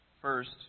first